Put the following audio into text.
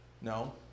No